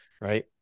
right